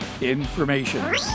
information